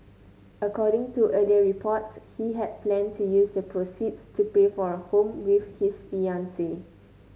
according to earlier reports he had planned to use the proceeds to pay for a home with his fiancee